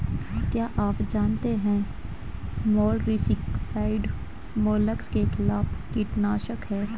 क्या आप जानते है मोलस्किसाइड्स मोलस्क के खिलाफ कीटनाशक हैं?